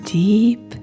deep